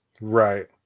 Right